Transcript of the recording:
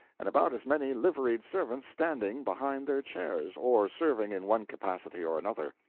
and about as many liveried servants standing behind their chairs, or serving in one capacity or another.